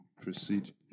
proceed